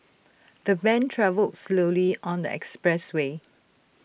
the van travelled slowly on the expressway